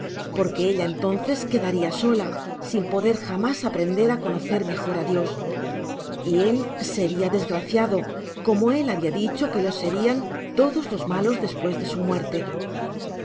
porque ella entonces quedaria sola sin poder jamás aprender á conocer mejor á dios y él seria desgraciado como él habia dicho que lo serian todos los malos despues de su muerte